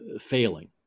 failing